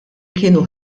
kienu